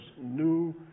new